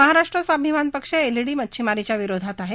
Maharashtra Swabhiman Paksha LED मच्छीमारांच्या विरोधात आहे